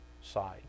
side